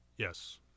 Yes